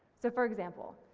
so for example,